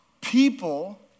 people